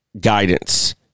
guidance